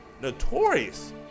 notorious